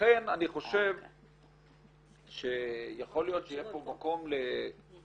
לכן אני חושב שיכול להיות שיהיה פה מקום לא רק